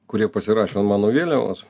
kurie pasirašo ant mano vėliavos